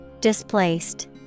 Displaced